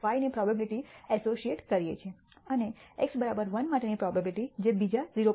5 ની probability associate કરીયે છે અને x 1 માટેની પ્રોબેબીલીટી જે બીજા 0